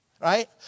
right